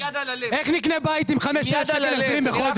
איך נקנה בית עם החזר של 5,000 שקלים בחודש?